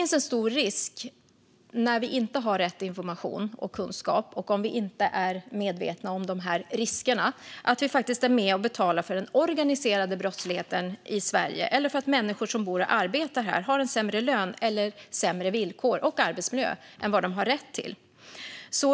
När vi inte har information och kunskap och inte är medvetna om riskerna finns det en fara för att vi är med och betalar för den organiserade brottsligheten i Sverige eller för att människor som bor och arbetar här har sämre lön, villkor och arbetsmiljö än vad de har rätt till.